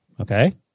Okay